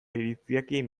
iritziekin